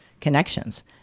connections